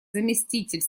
заместитель